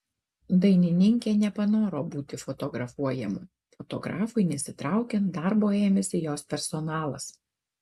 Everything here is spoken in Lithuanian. dainininkė nepanoro būti fotografuojama fotografui nesitraukiant darbo ėmėsi jos personalas